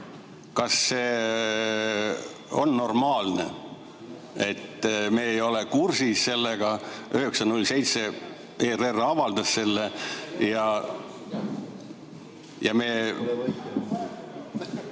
Kas see on normaalne, et me ei ole kursis sellega? 9.07 ERR avaldas selle. See